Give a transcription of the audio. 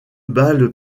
balle